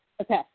Okay